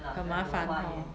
很麻烦